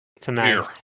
tonight